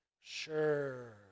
Sure